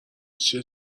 چیه